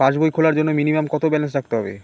পাসবই খোলার জন্য মিনিমাম কত ব্যালেন্স রাখতে হবে?